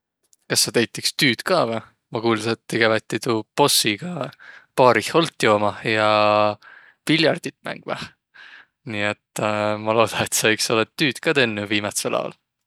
Kas saq teit iks tüüd ka vai? Maq kuuldsõ, et tiiq kävetiq tuu bossiga baarih olt joomah ja piljardit mängmäh. Nii, et maq looda, et saq olõt iks tüüd ka tennüq viimätsel aol.